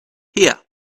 here